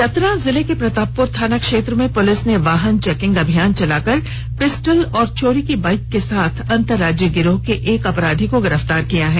चतरा जिले के प्रतापपुर थाना क्षेत्र में पुलिस ने वाहन चेकिंग अभियान चलाकर पिस्टल और चोरी की बाईक े क साथ अंतर्राज्यीय गिरोह के एक अपराधी को गिरफ्तार किया है